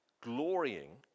glorying